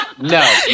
No